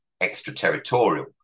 extraterritorial